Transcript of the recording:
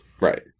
Right